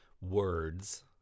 words